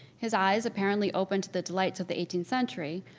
his eyes apparently open to the delights of the eighteenth century,